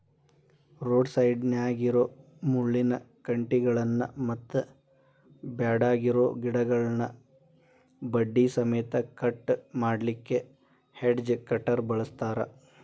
road ಸೈಡ್ನ್ಯಾಗಿರೋ ಮುಳ್ಳಿನ ಕಂಟಿಗಳನ್ನ ಮತ್ತ್ ಬ್ಯಾಡಗಿರೋ ಗಿಡಗಳನ್ನ ಬಡ್ಡಿ ಸಮೇತ ಕಟ್ ಮಾಡ್ಲಿಕ್ಕೆ ಹೆಡ್ಜ್ ಕಟರ್ ಬಳಸ್ತಾರ